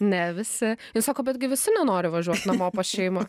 ne visi sako betgi visi nenori važiuot namo pas šeimą